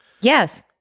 Yes